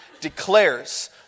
declares